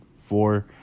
Four